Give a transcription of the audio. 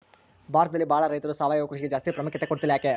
ಭಾರತದಲ್ಲಿ ಬಹಳ ರೈತರು ಸಾವಯವ ಕೃಷಿಗೆ ಜಾಸ್ತಿ ಪ್ರಾಮುಖ್ಯತೆ ಕೊಡ್ತಿಲ್ಲ ಯಾಕೆ?